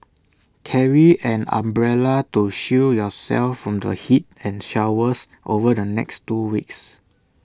carry an umbrella to shield yourself from the heat and showers over the next two weeks